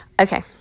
Okay